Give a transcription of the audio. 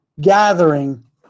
gathering